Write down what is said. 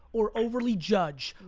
or overly judge,